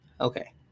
Okay